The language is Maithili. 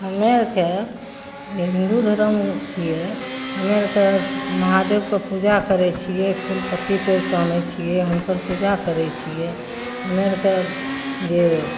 हमे आओरके हिन्दू धरम छिए हमे आओरके महादेवके पूजा करै छिए फूल पत्ती तोड़िके आनै छिए हुनकर पूजा करै छिए हमे आओरके जे